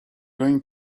going